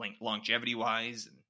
longevity-wise